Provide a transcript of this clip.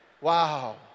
Wow